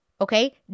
okay